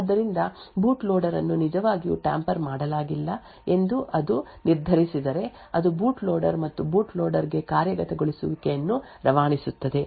ಆದ್ದರಿಂದ boot loader ಅನ್ನು ನಿಜವಾಗಿಯೂ ಟ್ಯಾಂಪರ್ ಮಾಡಲಾಗಿಲ್ಲ ಎಂದು ಅದು ನಿರ್ಧರಿಸಿದರೆ ಅದು ಬೂಟ್ ಲೋಡರ್ ಮತ್ತು ಬೂಟ್ ಲೋಡರ್ ಗೆ ಕಾರ್ಯಗತಗೊಳಿಸುವಿಕೆಯನ್ನು ರವಾನಿಸುತ್ತದೆ